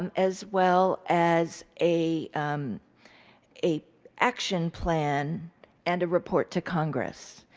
um as well as a a action plan and a report to congress.